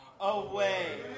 away